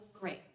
great